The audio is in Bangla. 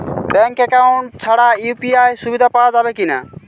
ব্যাঙ্ক অ্যাকাউন্ট ছাড়া ইউ.পি.আই সুবিধা পাওয়া যাবে কি না?